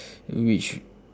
which